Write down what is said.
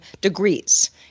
degrees